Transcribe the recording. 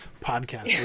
podcast